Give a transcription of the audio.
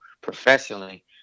professionally